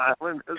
Island